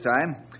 time